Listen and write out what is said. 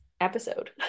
episode